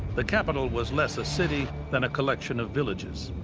the capital was less a city than a collection of villages.